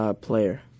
player